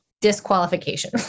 disqualification